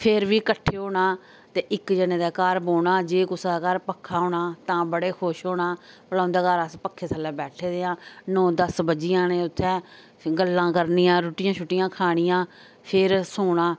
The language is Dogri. फिर बी कट्ठे होना ते इक जने दे घर बौह्ना जे कुसा दे घर पक्खा होना तां बड़े खुश होना भला उंदे घर अस्स पक्खे थल्ले बैठे दे आं नो दा बज्जी जाने उत्थै गल्लां करनियां रूट्टियां शुट्टियां खानियां फिर सौना